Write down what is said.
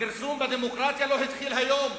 הכרסום בדמוקרטיה לא התחיל היום